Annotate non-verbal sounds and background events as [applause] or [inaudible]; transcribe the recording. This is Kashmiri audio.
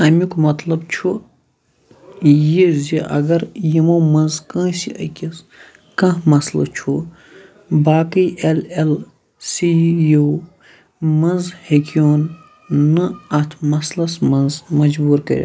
اَمیُک مطلب چھُ یہِ زِ اَگر یِمو منٛز کٲنٛسہِ أکِس کانٛہہ مسلہٕ چھُ باقٕے اٮ۪ل اٮ۪ل سی ای [unintelligible] او منٛز ہیٚکوُن نہٕ اَتھ مسلَس منٛز مجبوٗر کٔرِتھ